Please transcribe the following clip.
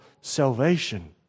salvation